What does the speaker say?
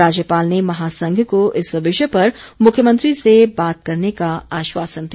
राज्यपाल ने महासंघ को इस विषय पर मुख्यमंत्री से बात करने का आश्वासन दिया